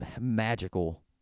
magical